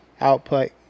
output